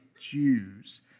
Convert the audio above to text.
Jews